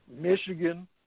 Michigan